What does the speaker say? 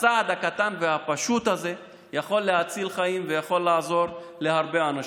הצעד הקטן הפשוט הזה יכול להציל חיים ויכול לעזור להרבה אנשים.